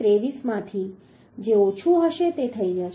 23 માંથી જે ઓછું હશે તે થઈ જશે